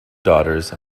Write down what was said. daughters